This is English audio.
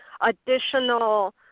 additional